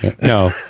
No